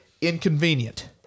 inconvenient